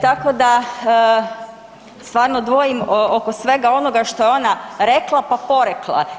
Tako da stvarno dvojim oko svega ono što je ona rekla pa porekla.